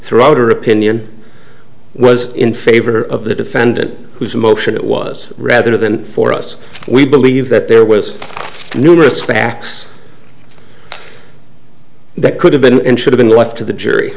threw out her opinion was in favor of the defendant whose motion it was rather than for us we believe that there was numerous facts that could have been in should've been left to the jury